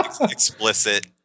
Explicit